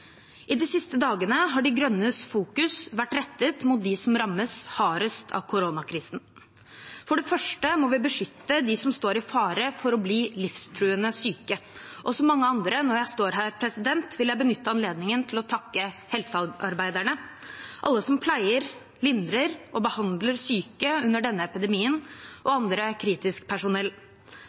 De siste dagene har De Grønnes fokus vært rettet mot dem som rammes hardest av koronakrisen. For det første må vi beskytte dem som står i fare for å bli livstruende syke. Når jeg står her, vil jeg, som mange andre, benytte anledningen til å takke helsearbeiderne, alle som pleier, lindrer og behandler syke under denne epidemien, og annet kritisk personell.